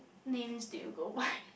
names do you go by